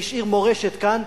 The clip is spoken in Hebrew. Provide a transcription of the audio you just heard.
שהשאיר מורשת כאן,